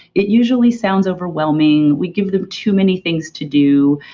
it usually sounds overwhelming. we give them too many things to do.